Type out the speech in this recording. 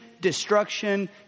destruction